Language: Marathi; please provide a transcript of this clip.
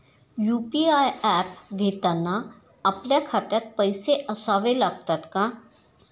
यु.पी.आय ऍप घेताना आपल्या खात्यात पैसे असावे लागतात का?